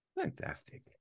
Fantastic